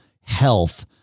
health